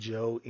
Joe